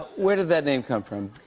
where did that name come from?